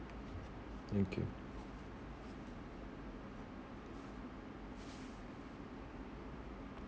thank you